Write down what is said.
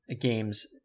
games